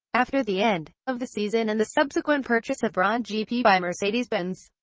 after the end of the season and the subsequent purchase of brawn gp by mercedes benz,